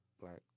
black